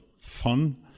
fun